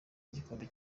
igikombe